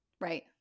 Right